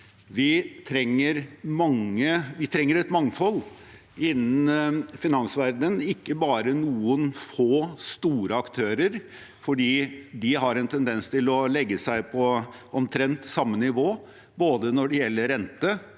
Vi trenger et mangfold innen finansverdenen, ikke bare noen få store aktører, for de har en tendens til å legge seg på omtrent samme nivå når det gjelder både